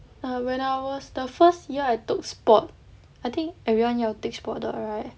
when I was the first year I took sport I think everyone 要 take sport 的 right